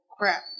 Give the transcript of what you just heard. Crap